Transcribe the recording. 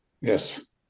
Yes